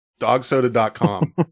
DogSoda.com